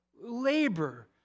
labor